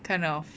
kind of